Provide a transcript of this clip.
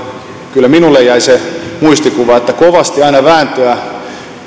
kyllä minulle jäi se muistikuva että kovasti aina vääntöä